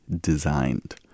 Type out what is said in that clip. designed